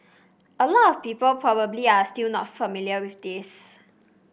a lot of people probably are still not familiar with this